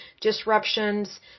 disruptions